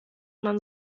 man